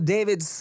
David